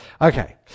Okay